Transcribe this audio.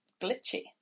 glitchy